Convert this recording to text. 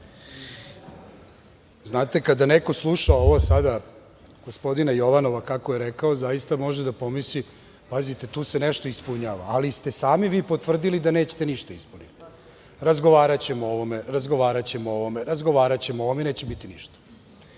znate, kada neko sluša sada gospodina Jovanova kako je rekao, zaista može da pomisli - pazite, tu se nešto ispunjava. Ali ste sami vi potvrdili da nećete ništa ispuniti. Razgovaraćemo o ovome, razgovaraćemo o onome, i neće biti ništa. Da